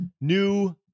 new